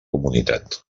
comunitat